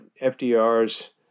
FDR's